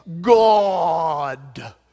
God